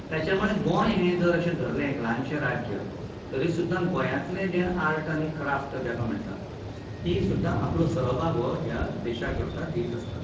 ताच्या मुळे गोंय हें जर अशें धरलें एक ल्हानशें राज्य तरी सुद्दां गोंयातलें जें आर्ट आनी क्राफ्ट जाका म्हणटात तीं सुद्दां आपलो सहभाग हो ह्या देशा करता दीत आसतात उदाहरणार्थ